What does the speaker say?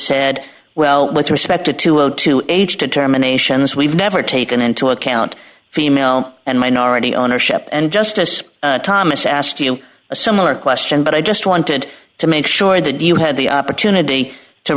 said well with respect to two hundred and two age determinations we've never taken into account female and minority ownership and justice thomas asked you a similar question but i just wanted to make sure that you had the opportunity to